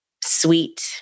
sweet